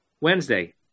Wednesday